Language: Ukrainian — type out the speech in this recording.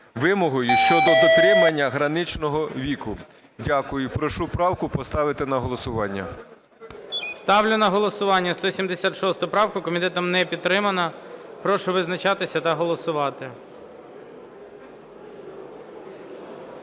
вимогою щодо дотримання граничного віку. Дякую. Прошу правку поставити на голосування. ГОЛОВУЮЧИЙ. Ставлю на голосування 176 правку. Комітетом не підтримана. Прошу визначатися та голосувати.